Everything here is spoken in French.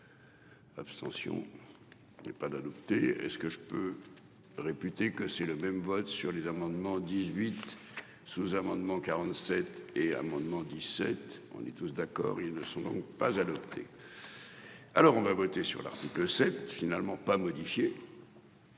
L'abstention. N'est pas d'adopter et ce que je peux. Réputé que c'est le même vote sur les amendements 18 sous-amendement 47 et amendements 17. On est tous d'accord, ils ne sont donc pas adopté. Alors on va voter sur l'article 7 finalement pas modifié.